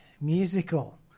musical